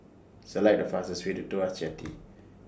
Select The fastest Way to Tuas Jetty